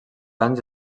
anys